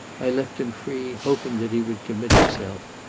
i left him free, hoping that he would commit himself.